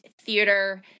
Theater